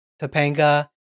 Topanga